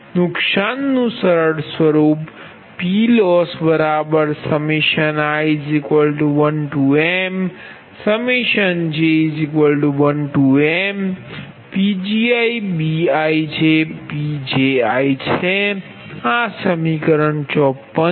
નુકસાનનું સરળ સ્વરૂપPLossi1mj1mPgiBijPji છે આ સમીકરણ 54 છે